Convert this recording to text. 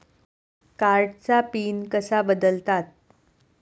कार्डचा पिन कसा बदलतात?